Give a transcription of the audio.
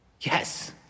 Yes